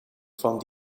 van